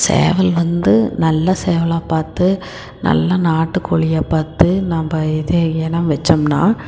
சேவல் வந்து நல்ல சேவலாக பார்த்து நல்ல நாட்டுக்கோழியாக பார்த்து நம்ம இதே இனம் வெச்சோம்ன்னா